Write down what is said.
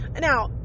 Now